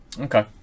Okay